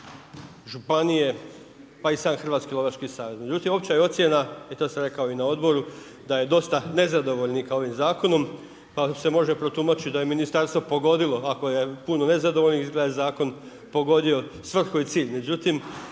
županije pa i sam Hrvatski lovački savez. Međutim, opća je ocjena i to sam rekao i na odboru, da je dosta nezadovoljnika ovim zakonom pa se može protumačiti da je ministarstvo pogodilo, ako je puno nezadovoljnih, izgleda da je zakon pogodio svrhu i cilj,